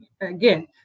again